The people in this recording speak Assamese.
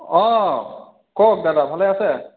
অঁ কওক দাদা ভালে আছে